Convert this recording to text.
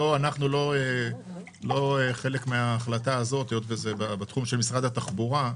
אנחנו לא חלק מהחלטה הזאת היות וזה בתחום של משרד התחבורה,